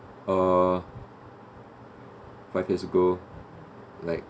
or five years ago like